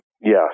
Yes